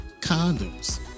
condoms